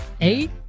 eight